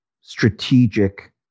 strategic